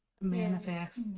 manifest